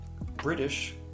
British